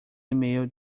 email